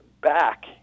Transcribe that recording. back